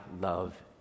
love